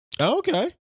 Okay